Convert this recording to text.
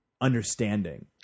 understanding